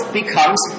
becomes